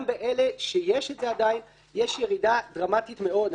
גם באלה שיש את זה עדיין, יש ירידה דרמטית מאוד.